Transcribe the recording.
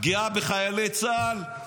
פגיעה בחיילי צה"ל.